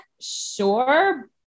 sure